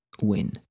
win